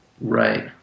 Right